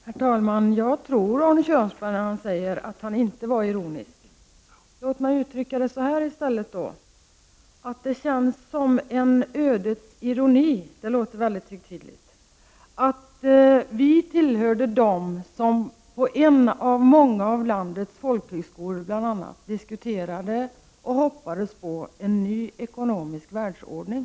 Herr talman! Jag tror på Arne Kjörnsberg när han säger att han inte var ironisk. Låt mig uttrycka mig på följande sätt i stället. Det känns som ett ödets ironi, det låter mycket högtidligt, att den folkhögskola där jag gick var en av landets många folkhögskolor där man bl.a. diskuterade och hoppades på en ny ekonomisk världsordning.